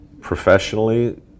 professionally